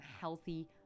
healthy